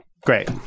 Great